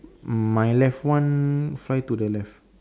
my left one fly to the left